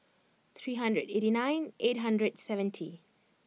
three hundred and eighty nine eight hundred seventy